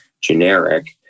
generic